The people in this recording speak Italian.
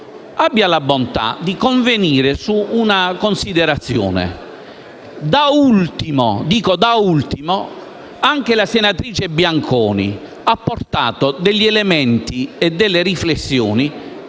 però la bontà di convenire su una considerazione. Da ultimo - e lo sottolineo - anche la senatrice Bianconi ha portato degli elementi e delle riflessioni